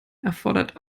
erfordert